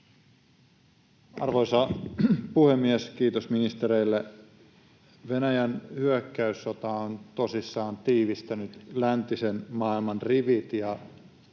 Arvoisa puhemies! Kiitos ministereille. Venäjän hyökkäyssota on tosissaan tiivistänyt läntisen maailman rivit,